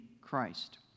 Christ